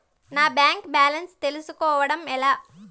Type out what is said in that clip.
నా bank balance తెలుస్కోవడం ఎలా?